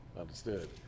Understood